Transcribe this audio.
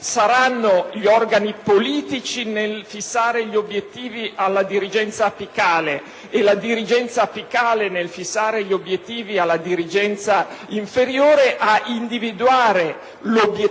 Saranno poi gli organi politici, nel fissare gli obiettivi alla dirigenza apicale, e la dirigenza apicale, nel fissarli alla dirigenza inferiore, ad individuare l'obiettivo